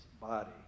body